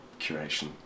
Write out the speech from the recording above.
curation